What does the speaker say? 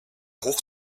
hoch